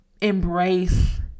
embrace